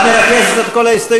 את מרכזת את כל ההסתייגויות,